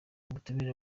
ubutumire